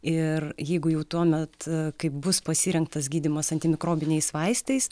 ir jeigu jau tuomet kai bus pasirinktas gydymas antimikrobiniais vaistais